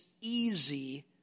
easy